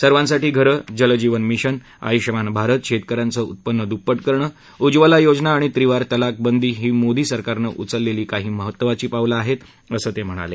सर्वासाठी घरं जलजीवन मिशन आयुष्मान भारत शेतकऱ्यांचं उत्पन्न दुप्पट करणं उज्ज्वला योजना आणि त्रिवार तलाक बंदी ही मोदी सरकारनं उचललेली काही महत्त्वाची पावलं आहेत असं ते म्हणाले